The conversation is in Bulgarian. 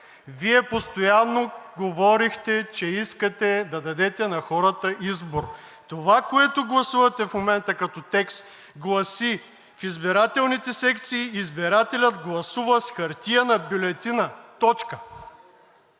Вие постоянно говорехте, че искате да дадете на хората избор. Това, което гласувате в момента като текст, гласи: „В избирателните секции избирателят гласува с хартиена бюлетина.“ Точка.